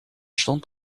stond